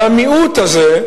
והמיעוט הזה,